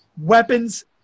weapons